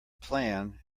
plan